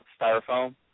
styrofoam